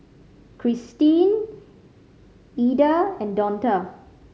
Cristine Ilda and Donta